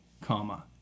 comma